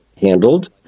handled